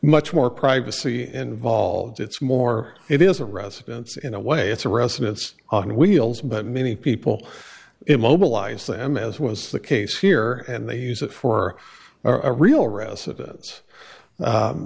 much more privacy involved it's more it is a residence in a way it's a residence on wheels but many people immobilized them as was the case here and they use it for a real residence